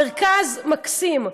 מרכז מקסים,